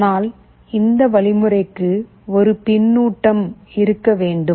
ஆனால் இந்த வழிமுறைக்கு ஒரு பின்னூட்டம் இருக்க வேண்டும்